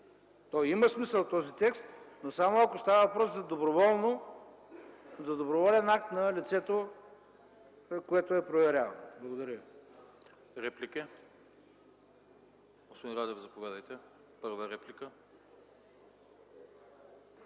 има смисъл, но само ако става въпрос за доброволен акт на лицето, което е проверявано. Благодаря